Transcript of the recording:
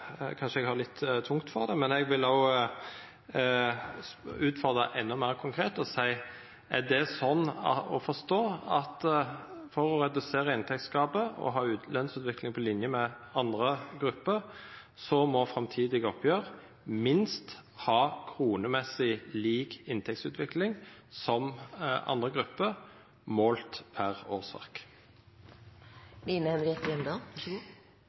kanskje eg har litt tungt for det, men eg vil utfordra endå meir konkret: Er det sånn å forstå at for å redusera inntektsgapet og ha ei lønnsutvikling på linje med andre grupper, så må framtidige oppgjer minst ha lik kronemessig inntektsutvikling som andre grupper målt per